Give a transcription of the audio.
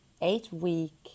eight-week